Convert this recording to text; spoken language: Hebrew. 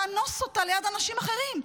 לאנוס אותה ליד אנשים אחרים.